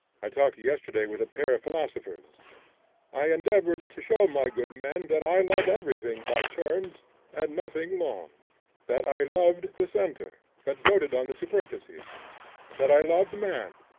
i talked yesterday with a pair of philosophers i endeavored to show my good men that i love everything by turns and nothing long that i loved the centre, but doated on the superficies that i loved man,